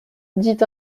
dit